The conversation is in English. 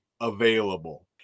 available